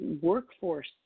workforce